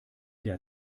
der